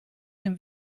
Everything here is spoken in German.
dem